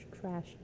trash